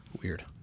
Weird